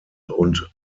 und